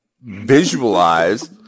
visualize